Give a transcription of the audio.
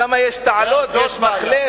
שם יש תעלות, יש מחלף.